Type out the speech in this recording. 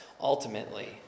ultimately